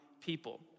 people